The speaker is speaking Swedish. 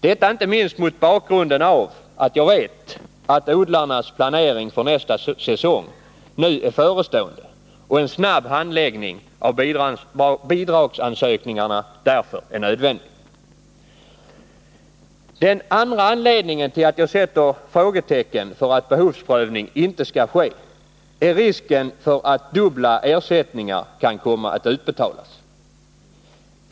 Det gör jag inte minst mot bakgrunden av att jag vet att odlarnas planering för nästa säsong är nära förestående och att en snabb handläggning av bidragsansökningarna därför är nödvändig. Den andra anledningen till att jag sätter frågetecken för att behovsprövning inte skall ske är risken för att dubbla ersättningar kan komma att utbetalas.